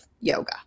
yoga